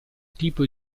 tipo